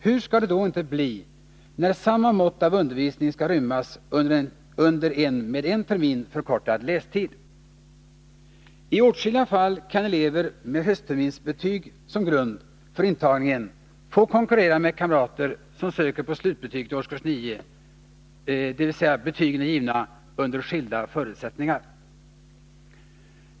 Hur skall det då inte bli, när samma mått av undervisning skall rymmas under en med en termin förkortad lästid? I åtskilliga fall kan elever med höstterminsbetyget som grund för intagningen få konkurrera med kamrater som söker på slutbetyget i årskurs 9, dvs. betygen är givna under skilda förutsättningar.